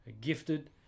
gifted